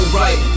right